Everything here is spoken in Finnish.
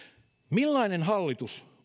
millainen hallitus